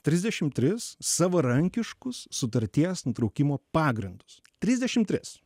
trisdešim tris savarankiškus sutarties nutraukimo pagrindus trisdešim tris